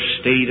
state